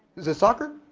is it soccer?